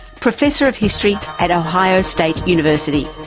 professor of history at ohio state university.